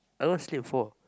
I don't wanna slip and fall